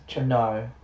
no